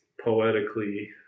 poetically